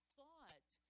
thought